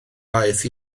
aeth